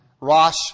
Rosh